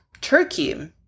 turkey